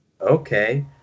Okay